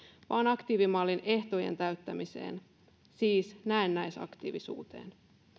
vaan aktiivimallin ehtojen täyttämiseen siis näennäisaktiivisuuteen